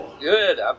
good